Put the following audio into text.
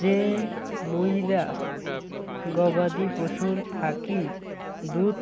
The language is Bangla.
যে মুইরা গবাদি পশুর থাকি দুধ